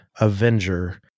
Avenger